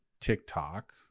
TikTok